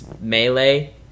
Melee